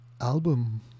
album